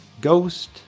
Ghost